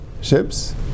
ships